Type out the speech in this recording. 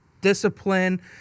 discipline